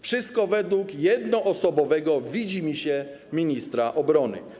Wszystko według jednoosobowego widzimisię ministra obrony.